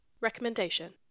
Recommendation